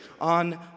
on